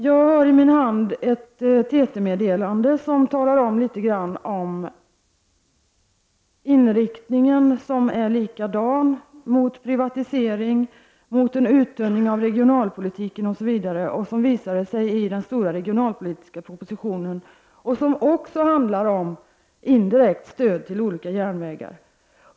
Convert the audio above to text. Jag har i min hand ett TT-meddelande där man talar om inriktningen mot privatiseringar, mot uttunning av regionalpolitiken, vilket visar sig i den stora regionalpolitiska propositionen, och om indirekt stöd till olika järnvägar.